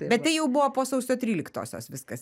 bet tai jau buvo po sausio tryliktosios viskas